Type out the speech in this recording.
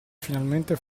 finalmente